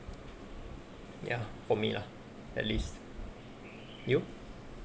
ya for me lah at least you